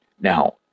Now